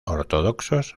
ortodoxos